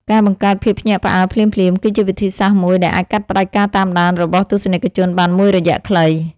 ការបង្កើតភាពភ្ញាក់ផ្អើលភ្លាមៗគឺជាវិធីសាស្ត្រមួយដែលអាចកាត់ផ្តាច់ការតាមដានរបស់ទស្សនិកជនបានមួយរយៈខ្លី។